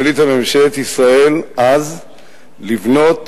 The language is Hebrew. החליטה ממשלת ישראל אז לבנות,